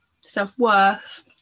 self-worth